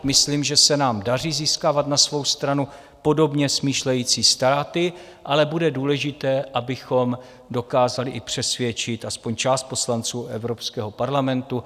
Myslím, že se nám daří získávat na svou stranu podobně smýšlející státy, ale bude důležité, abychom dokázali i přesvědčit aspoň část poslanců Evropského parlamentu.